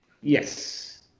Yes